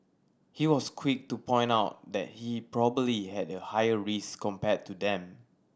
he was quick to point out that he probably had a higher risk compared to them